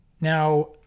Now